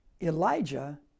Elijah